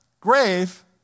grave